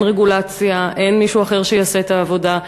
אין רגולציה, אין מישהו אחר שיעשה את העבודה.